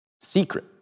secret